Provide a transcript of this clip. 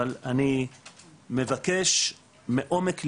אבל אני מבקש מעומק ליבי,